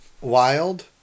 Wild